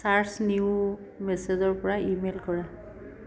search new মেচেজৰ পৰা email কৰা